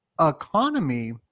economy